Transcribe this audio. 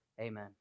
Amen